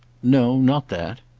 no, not that.